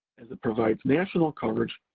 as it provides national coverage,